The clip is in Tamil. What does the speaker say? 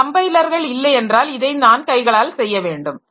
இந்த கம்பைலர்கள் இல்லை என்றால் இதை நான் கைகளால் செய்ய வேண்டும்